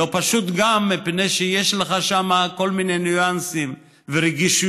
לא פשוט גם מפני שיש לך שם כל מיני ניואנסים ורגישויות,